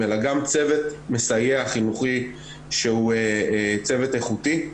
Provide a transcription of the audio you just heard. אלא גם צוות מסייע חינוכי שהוא צוות איכותי.